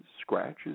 scratches